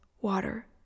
water